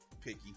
picky